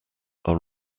are